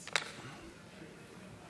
גברתי המזכירה.